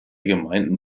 gemeinden